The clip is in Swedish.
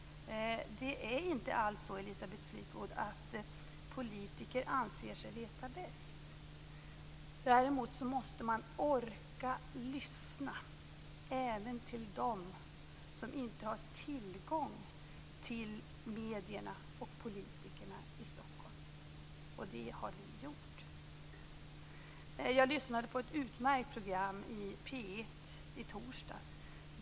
Det är inte alls så, Elisabeth Fleetwood, att politiker anser sig veta bäst. Däremot måste man orka lyssna, även till dem som inte har tillgång till medierna och politikerna i Stockholm. Det har vi gjort. Jag lyssnade på ett utmärkt program i P 1 i torsdags.